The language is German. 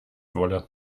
wolle